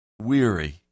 weary